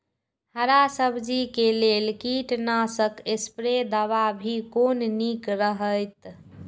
हरा सब्जी के लेल कीट नाशक स्प्रै दवा भी कोन नीक रहैत?